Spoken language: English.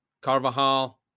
Carvajal